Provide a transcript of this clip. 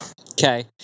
Okay